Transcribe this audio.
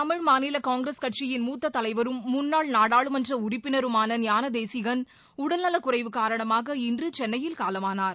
தமிழ் மாநில காங்கிரஸ் கட்சியின் மூத்த தலைவரும் முன்னாள் நாடாளுமன்ற உறுப்பினருமான ஞானதேசிகன் உடல்நலக்குறைவு காரணமாக இன்று சென்னையில் காலமானார்